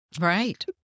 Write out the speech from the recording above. Right